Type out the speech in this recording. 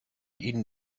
ihnen